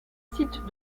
site